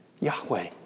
Yahweh